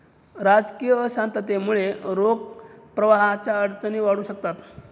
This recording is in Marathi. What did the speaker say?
राजकीय अशांततेमुळे रोख प्रवाहाच्या अडचणी वाढू शकतात